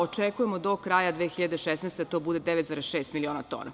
Očekujemo do kraja 2016. godine da to bude 9,6 miliona tona.